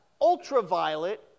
ultraviolet